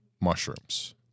mushrooms